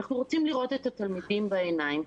אנחנו רוצים לראות את התלמידים בעיניים,